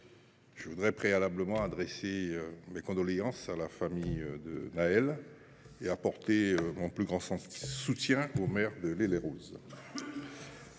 je veux au préalable adresser mes condoléances à la famille de Nahel et apporter mon plus grand soutien au maire de L’Haÿ les